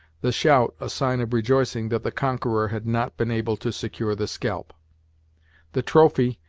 the shout a sign of rejoicing that the conqueror had not been able to secure the scalp the trophy,